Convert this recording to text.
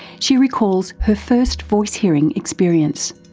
she recalls her first voice-hearing experience.